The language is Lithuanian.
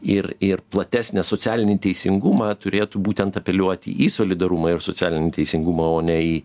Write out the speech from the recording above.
ir ir platesnį socialinį teisingumą turėtų būtent apeliuoti į solidarumą ir socialinį teisingumą o ne į